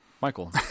Michael